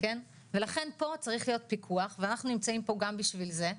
ולכן פה צריך להיות פיקוח ואנחנו נמצאים פה גם בשביל זה.